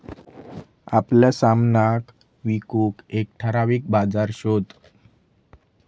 आपल्या सामनाक विकूक एक ठराविक बाजार शोध